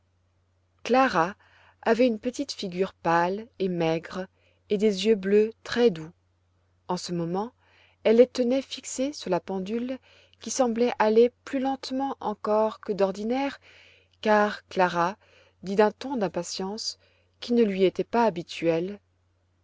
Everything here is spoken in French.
clara avait une petite figure pâle et maigre et des yeux bleus très-doux en ce moment elle les tenait fixés sur la pendule qui semblait aller plus lentement encore que d'ordinaire car clara dit d'un ton d'impatience qui ne lui était pas habituel